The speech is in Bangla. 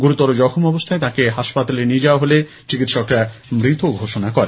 গুরুতর জখম অবস্হায় তাকে হাসপাতালে নিয়ে যাওয়া হলে চিকিৎসকরা মৃত ঘোষণা করেন